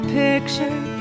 picture